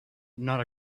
not